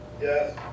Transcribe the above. Yes